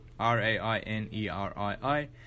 R-A-I-N-E-R-I-I